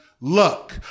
luck